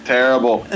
Terrible